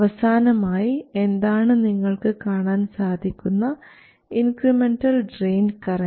അവസാനമായി എന്താണ് നിങ്ങൾക്ക് കാണാൻ സാധിക്കുന്ന ഇൻക്രിമെൻറൽ ഡ്രയിൻ കറൻറ്